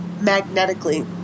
magnetically